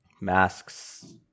masks